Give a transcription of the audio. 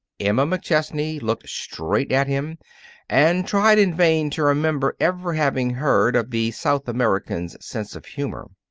emma mcchesney looked straight at him and tried in vain to remember ever having heard of the south american's sense of humor.